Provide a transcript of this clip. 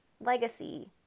legacy